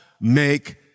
make